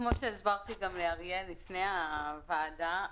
כמו שהסברתי לאריאל לפני הוועדה,